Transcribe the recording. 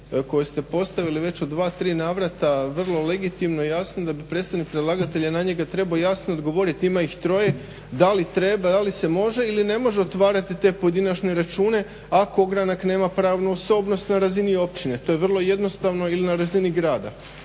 koje ste postavili već u dva, tri navrata vrlo legitimno i jasno te da bi predstavnik predlagatelja na njega trebao jasno odgovoriti, ima ih troje. Da li treba i da li se može ili ne može otvarati te pojedinačne račune ako ogranak nema pravnu osobnost na razini općine? To je vrlo jednostavno, ili na razini grada.